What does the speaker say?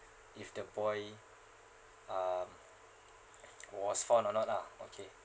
if the boy uh was found or not lah okay